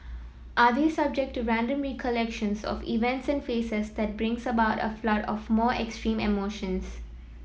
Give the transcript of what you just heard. are they subject to random recollections of events and faces that brings about a flood of more extreme emotions